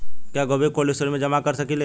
क्या गोभी को कोल्ड स्टोरेज में जमा कर सकिले?